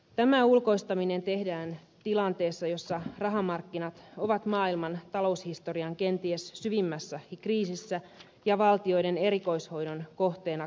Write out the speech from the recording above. tämä ulkoistaminen tehdään tilanteessa jossa rahamarkkinat ovat maailman taloushistorian kenties syvimmässä kriisissä ja valtioiden erikoishoidon kohteena kautta maailman